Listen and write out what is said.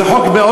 זה חוק מאוד